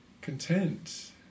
content